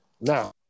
Now